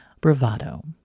Bravado